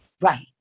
Right